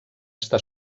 està